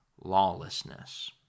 lawlessness